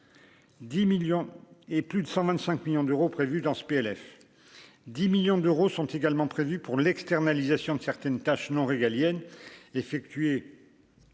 10 millions et plus de 125 millions d'euros prévu dans ce PLF 10 millions d'euros sont également prévues pour l'externalisation de certaines tâches non régaliennes effectuées.